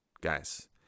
Guys